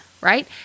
right